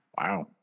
Wow